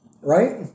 Right